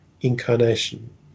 incarnation